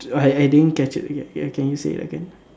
I I didn't catch it can you say it again